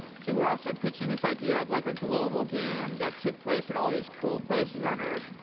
so we were also pitching this idea of like a global game that took place in all of these cool places on earth,